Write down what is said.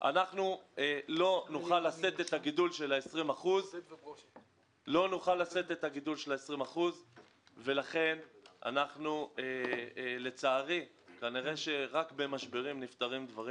לא נוכל לשאת את הגידול של 20%. לצערי כנראה רק במשברים נפתרים דברים.